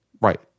Right